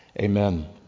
Amen